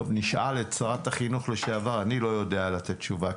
נשאל את שרת החינוך לשעבר, אני לא יודע לתת תשובה.